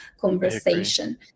conversation